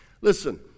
Listen